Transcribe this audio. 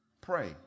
pray